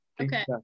okay